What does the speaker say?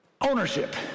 Ownership